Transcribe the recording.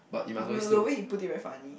but the way you put it very funny